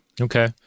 Okay